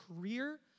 career